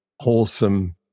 wholesome